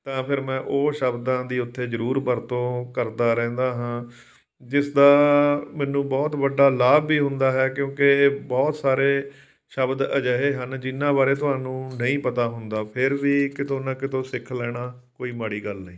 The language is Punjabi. ਤਾਂ ਫਿਰ ਮੈਂ ਉਹ ਸ਼ਬਦਾਂ ਦੀ ਉੱਥੇ ਜ਼ਰੂਰ ਵਰਤੋਂ ਕਰਦਾ ਰਹਿੰਦਾ ਹਾਂ ਜਿਸ ਦਾ ਮੈਨੂੰ ਬਹੁਤ ਵੱਡਾ ਲਾਭ ਵੀ ਹੁੰਦਾ ਹੈ ਕਿਉਂਕਿ ਬਹੁਤ ਸਾਰੇ ਸ਼ਬਦ ਅਜਿਹੇ ਹਨ ਜਿਨਾਂ ਬਾਰੇ ਤੁਹਾਨੂੰ ਨਹੀਂ ਪਤਾ ਹੁੰਦਾ ਫਿਰ ਵੀ ਕਿਤੋਂ ਨਾ ਕਿਤੋਂ ਸਿੱਖ ਲੈਣਾ ਕੋਈ ਮਾੜੀ ਗੱਲ ਨਹੀਂ